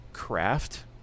craft